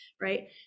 right